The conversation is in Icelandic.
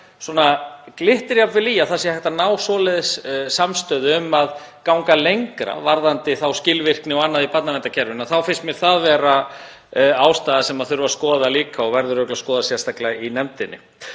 svona glittir jafnvel í að það sé hægt að ná samstöðu um að ganga lengra varðandi þá skilvirkni og annað í barnaverndarkerfinu þá finnst mér það vera eitthvað sem þurfi að skoða líka og verður örugglega skoðað sérstaklega í nefndinni.